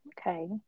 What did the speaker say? okay